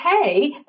okay